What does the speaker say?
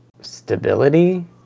stability